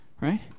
Right